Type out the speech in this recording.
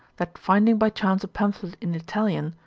that finding by chance a pamphlet in italian,